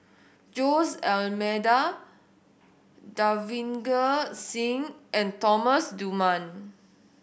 Jose D'Almeida Davinder Singh and Thomas Dunman